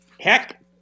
heck